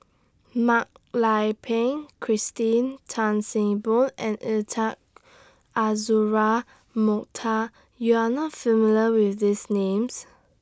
Mak Lai Peng Christine Tan See Boo and Intan Azura Mokhtar YOU Are not familiar with These Names